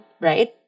right